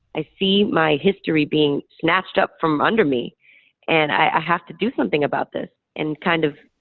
i see my history being snatched up from under me and i have to do something about this and kind of